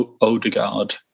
Odegaard